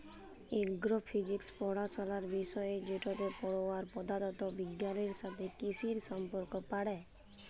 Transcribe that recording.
এগ্র physics পড়াশলার বিষয় যেটতে পড়ুয়ারা পদাথথ বিগগালের সাথে কিসির সম্পর্ক পড়ে